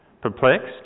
perplexed